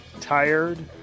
tired